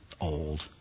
Old